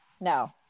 No